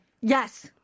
Yes